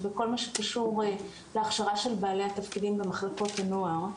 בכל מה שקשור להכשרה של בעלי התפקידים במחלקות הנוער,